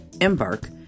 Embark